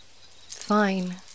Fine